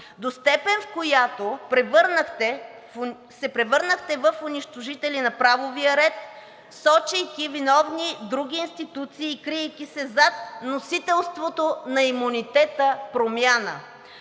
до степен, в която се превърнахте в унищожители на правовия ред, сочейки за виновни други институции и криейки се зад носителството на имунитета „промяна“.